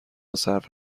صرف